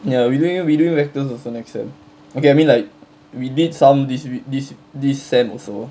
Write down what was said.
ya we doing we doing vectors also next sem okay I mean like we did some this this this sem also